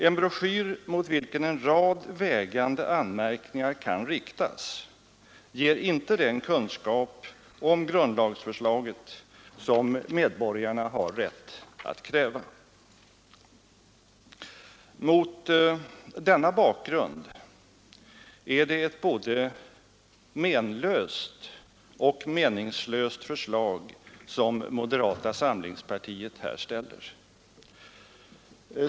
En broschyr mot vilken en rad vägande anmärkningar kan riktas ger inte den kunskap om grundlagsförslaget som medborgarna har rätt att kräva. Mot denna bakgrund är det ett både menlöst och meningslöst förslag som moderata samlingspartiet här ställer.